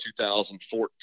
2014